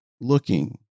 looking